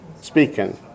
speaking